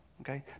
Okay